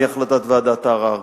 מהחלטת ועדת הערר.